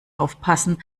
aufpassen